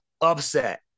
upset